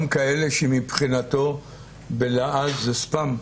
גם כאלה שמבחינתו בלעז זה ספאם?